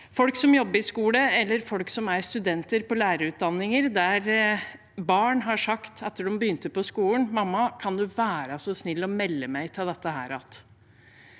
folk som jobber i skole, eller folk som er studenter på lærerutdanninger, der barn har sagt etter at de begynte på skolen: Mamma, kan du være så snill å melde meg av dette. Det